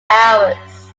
hours